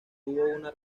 una